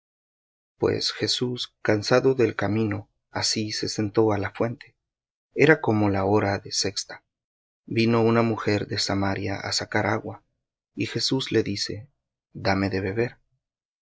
pues jesús cansado del camino así se sentó á la fuente era como la hora de sexta vino una mujer de samaria á sacar agua jesús le dice dame de beber